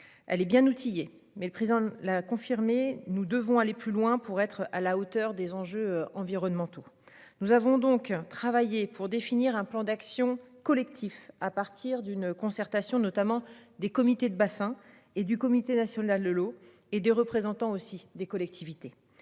Elle est bien outillée mais le président l'a confirmé. Nous devons aller plus loin pour être à la hauteur des enjeux environnementaux. Nous avons donc travaillé pour définir un plan d'action collectif à partir d'une concertation notamment des comités de bassin et du comité national de l'eau et des représentants aussi des collectivités.